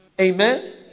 Amen